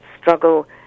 struggle